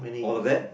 all of that